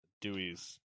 Dewey's